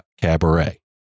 cabaret